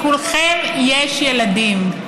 לכולכם יש ילדים.